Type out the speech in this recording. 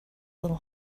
little